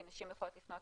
כי נשים יכולות לפנות,